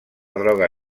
droga